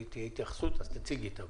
אז בבקשה תציגי את הבעיה.